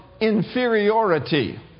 inferiority